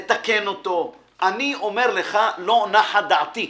אני אומר לך: לא נחה דעתי.